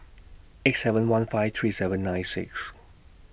eight seven one five three seven nine six